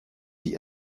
die